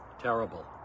Terrible